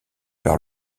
par